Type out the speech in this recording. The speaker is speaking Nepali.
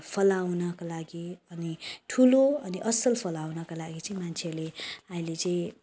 फलाउनको लागि अनि ठुलो अनि असल फलाउनको लागि चाहिँ मान्छेहरूले अहिले चाहिँ